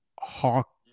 hawk